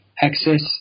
access